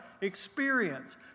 experience